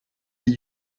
mis